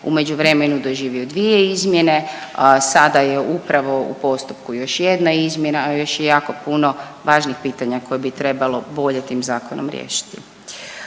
međuvremenu doživio dvije izmjene, a sada je upravo u postupku još jedna izmjena, a još je jako puno važnih pitanja koje bi trebalo bolje tim zakonom riješiti.